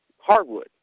hardwood